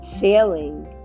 failing